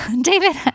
David